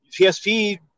PSP